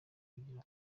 yigira